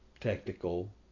technical